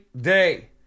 day